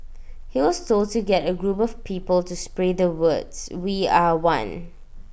he was told to get A group of people to spray the words we are one